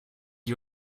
you